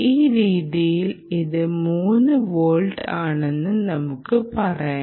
ഈ രീതിയിൽ ഇത് 3 വോൾട്ട് ആണെന്ന് നമുക്ക് പറയാം